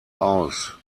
aus